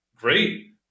great